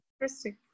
Interesting